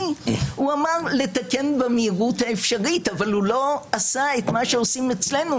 והוא אמר לתקן במהירות האפשרית אבל הוא לא עשה את מה שעושים אצלנו,